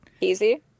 easy